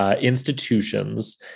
institutions